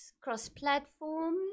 cross-platform